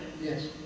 yes